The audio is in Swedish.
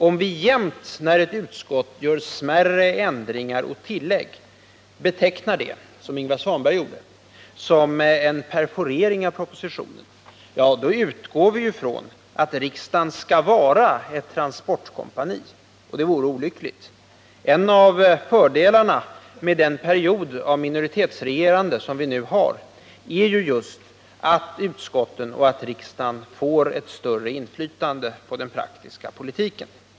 Om vi jämt, när ett utskott gör smärre ändringar och tillägg, kallar detta — som Ingvar Svanberg gjorde — en perforering av propositionen, då utgår vi ifrån att riksdagen skall vara ett transportkompani. Det vore olyckligt. En av fördelarna med den period av minoritetsregerande vi nu har är just att utskotten och riksdagen får ett större inflytande på den praktiska politiken.